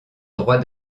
droit